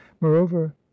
moreover